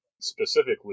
specifically